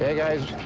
yeah guys.